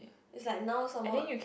it's like now almost